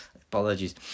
Apologies